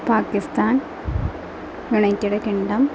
Pakistan United Kingdom